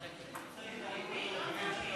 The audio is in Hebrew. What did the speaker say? טיבי, לא צריך,